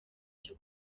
cyo